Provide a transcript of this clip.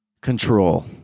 Control